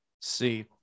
See